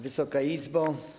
Wysoka Izbo!